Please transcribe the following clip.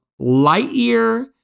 Lightyear